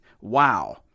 Wow